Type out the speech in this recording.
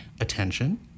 attention